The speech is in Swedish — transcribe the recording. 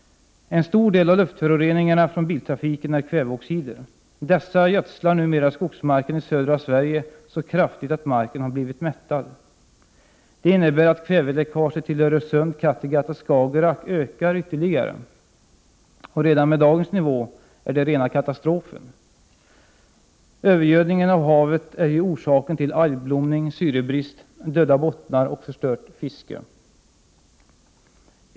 En stor del av luftföroreningarna från biltrafiken är kväveoxider. Dessa gödslar numera skogsmarken i södra Sverige så kraftigt att marken har blivit mättad. Det innebär att kväveläckaget till Öresund, Kattegatt och Skagerack ökar ytterligare — och redan med dagens nivå är det rena katastrofen! Övergödningen av havet är ju orsaken till algblomning, syrebrist, döda bottnar och förstört fiske.